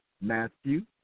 Matthew